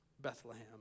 Bethlehem